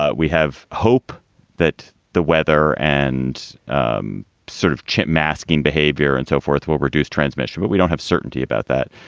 ah we have hope that the weather and um sort of chip masking behavior and so forth will reduce transmission. but we don't have certainty about that.